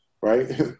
right